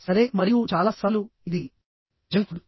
సరే మరియు చాలా సార్లు ఇది జంక్ ఫుడ్